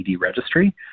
registry